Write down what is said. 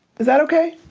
is that okay?